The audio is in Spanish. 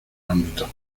ámbitos